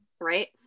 Right